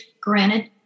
Granted